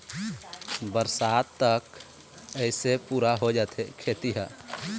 बरसात तक अइसे पुरा हो जाथे खेती ह